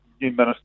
minister